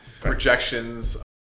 projections